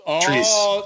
trees